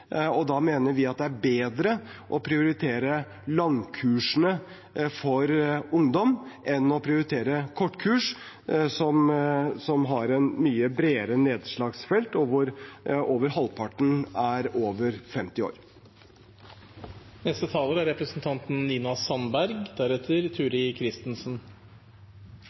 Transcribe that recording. og da mener vi at det er bedre å prioritere langkursene for ungdom enn å prioritere kortkurs, som har et mye bredere nedslagsfelt, og hvor over halvparten er over 50